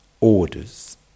orders